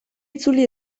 itzuli